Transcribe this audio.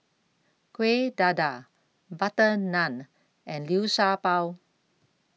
Kuih Dadar Butter Naan and Liu Sha Bao